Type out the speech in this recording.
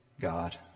God